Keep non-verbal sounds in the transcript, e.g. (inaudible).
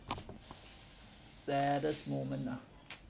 saddest moment ah (noise)